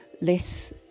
less